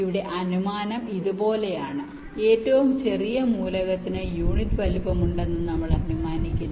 ഇവിടെ അനുമാനം ഇതുപോലെയാണ് ഏറ്റവും ചെറിയ മൂലകത്തിന് യൂണിറ്റ് വലുപ്പമുണ്ടെന്ന് നമ്മൾ അനുമാനിക്കുന്നു